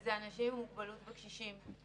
וזה אנשים עם מוגבלות וקשישים.